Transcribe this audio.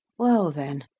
well, then,